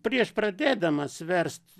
prieš pradėdamas verst